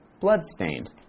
blood-stained